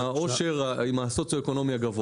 עם הסוציו אקונומי גבוה.